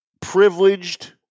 privileged